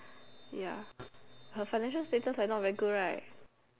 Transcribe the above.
ya her financial status like not very good right